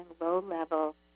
low-level